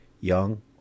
Young